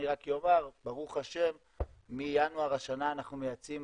אני רק אומר, ברוך ה' מינואר השנה אנחנו מייצאים